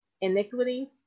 iniquities